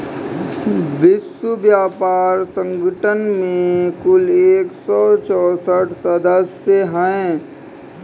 विश्व व्यापार संगठन में कुल एक सौ चौसठ सदस्य हैं